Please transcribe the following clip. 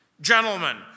Gentlemen